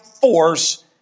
force